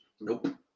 Nope